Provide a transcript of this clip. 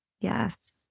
Yes